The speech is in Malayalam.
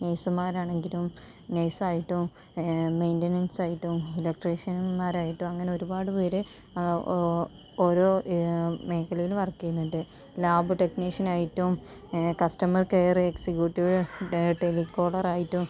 നേഴ്സമാരാണെങ്കിലും നേഴ്സ് ആയിട്ടോ മെയിൻറ്റനൻസ് ആയിട്ടോ എലെക്ട്രിഷ്യമാരായിട്ടോ അങ്ങനെ ഒരുപാടു പേർ ഓ ഓരോ മേഖലയിൽ വർക്ക് ചെയ്യുന്നുണ്ട് ലാബ് ടെക്നിഷ്യൻ ആയിട്ടും കസ്റ്റമർ കെയർ എക്സിക്യൂട്ടീവ് ആയിട്ടും ടെലി കോളറായിട്ടും